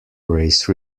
race